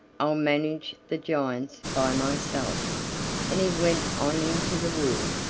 i'll manage the giants by myself and he went on into the wood,